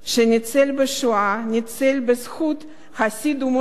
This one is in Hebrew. ניצל בזכות חסיד אומות העולם כלשהו,